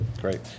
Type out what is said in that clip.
Great